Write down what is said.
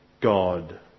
God